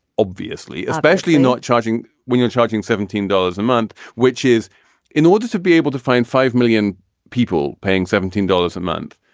obviously, especially you not charging when you're charging seventeen dollars a month, which is in order to be able to find five million people paying seventeen dollars a month.